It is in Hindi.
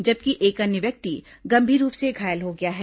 जबकि एक अन्य व्यक्ति गंभीर रूप से घायल हो गया है